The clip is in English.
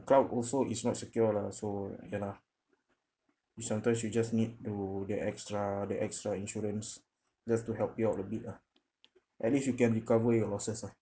cloud also is not secure lah so ya lah we sometimes we just need to that extra that extra insurance just to help you out a bit lah at least you can recover your losses lah